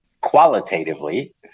qualitatively